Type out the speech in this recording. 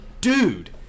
dude